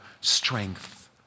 strength